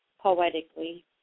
poetically